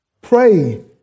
Pray